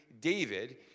David